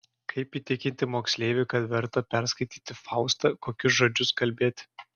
kaip įtikinti moksleivį kad verta perskaityti faustą kokius žodžius kalbėti